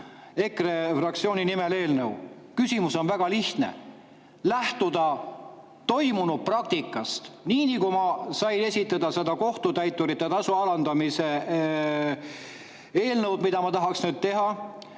EKRE fraktsiooni nimel eelnõu. Küsimus on väga lihtne. Tuleb lähtuda toimunud praktikast. Nii nagu ma sain esitada selle kohtutäiturite tasu alandamise eelnõu, mida ma tahaksin [esitleda],